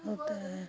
होता है